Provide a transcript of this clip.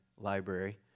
library